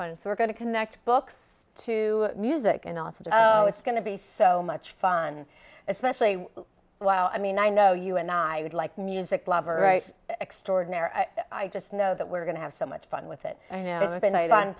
fun so we're going to connect books to music and also it's going to be so much fun especially while i mean i know you and i would like music lovers right extraordinary i just know that we're going to have so much fun with it